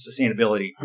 sustainability